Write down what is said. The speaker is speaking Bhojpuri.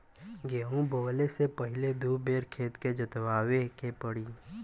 गेंहू बोवले से पहिले दू बेर खेत के जोतवाए के पड़ी